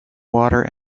water